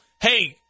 Hey